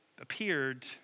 Appeared